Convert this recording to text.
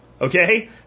okay